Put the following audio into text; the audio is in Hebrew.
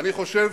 נכון.